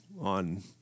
on